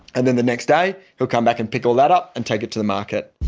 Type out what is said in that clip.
and then the next day, he'll come back and pick all that up, and take it to the market